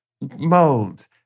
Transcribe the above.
mold